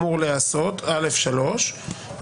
א(3),